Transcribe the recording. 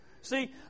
See